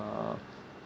uh